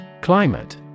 Climate